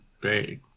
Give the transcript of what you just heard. Bay